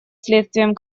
следствием